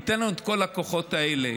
ייתן לנו את כל הכוחות האלה.